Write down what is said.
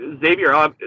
Xavier